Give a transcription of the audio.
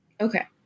Okay